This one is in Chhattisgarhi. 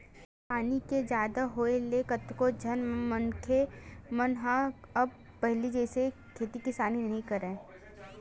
बन पानी के जादा होय ले कतको झन मनखे मन ह अब पहिली असन खेती किसानी घलो नइ करय